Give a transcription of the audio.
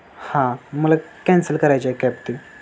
हां मला कॅन्सल करायची आहे कॅब ती